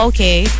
Okay